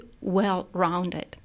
well-rounded